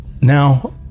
Now